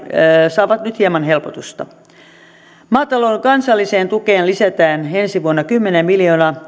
saavat nyt hieman helpotusta maatalouden kansalliseen tukeen lisätään ensi vuonna kymmenen miljoonaa